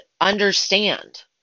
understand